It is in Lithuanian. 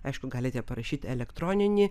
aišku galite parašyti elektroninį